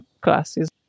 classes